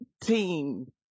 team